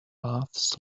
laughs